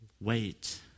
wait